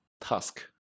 task